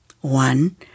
One